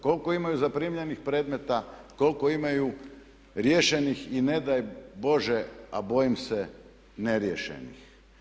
Koliko imaju zaprimljenih predmeta, koliko imaju riješenih i ne daj Bože, a bojim se neriješenih?